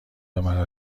مرا